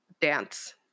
Dance